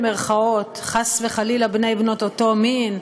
חס וחלילה בני ובנות אותו מין,